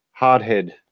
hardhead